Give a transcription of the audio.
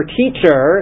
teacher